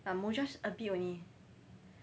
but Mujosh a bit only